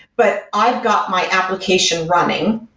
but i've got my application running.